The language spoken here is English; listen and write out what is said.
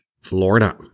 Florida